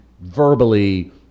verbally